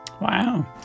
Wow